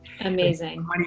Amazing